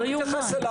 לא משנה.